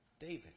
David